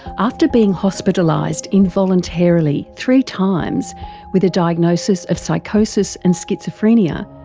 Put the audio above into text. after being hospitalised involuntarily three times with a diagnosis of psychosis and schizophrenia,